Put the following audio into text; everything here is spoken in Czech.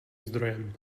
zdrojem